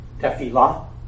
tefillah